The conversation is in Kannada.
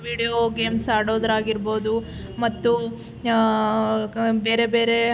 ವಿಡಿಯೋ ಗೇಮ್ಸ್ ಆಡೋದಾಗಿರ್ಬೋದು ಮತ್ತು ಬೇರೆ ಬೇರೆ